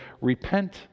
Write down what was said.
repent